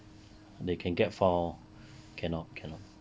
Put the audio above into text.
they can get from cannot cannot